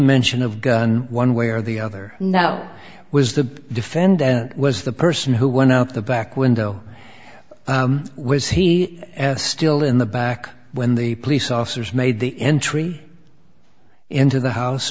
mention of gun one way or the other now was the defendant was the person who went out the back window was he still in the back when the police officers made the entry into the house